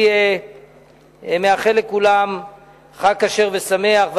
אני מאחל לכולם חג כשר ושמח,